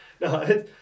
No